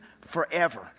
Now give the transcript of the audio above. forever